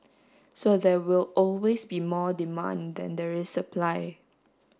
so there will always be more demand than there is supply